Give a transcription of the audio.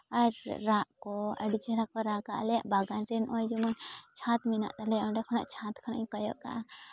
ᱟᱨ ᱨᱟᱜ ᱠᱚ ᱟᱹᱰᱤ ᱪᱮᱦᱨᱟ ᱠᱚ ᱨᱟᱜᱟ ᱟᱞᱮᱭᱟᱜ ᱵᱟᱜᱟᱱ ᱨᱮ ᱱᱚᱜᱼᱚᱭ ᱡᱮᱢᱚᱱ ᱪᱷᱟᱸᱫᱽ ᱢᱮᱱᱟᱜ ᱛᱟᱞᱮᱭᱟ ᱚᱸᱰᱮ ᱠᱷᱚᱱᱟᱜ ᱪᱷᱟᱸᱫᱽ ᱠᱷᱚᱱᱟᱜ ᱤᱧ ᱠᱚᱭᱚᱜ ᱠᱟᱜᱼᱟ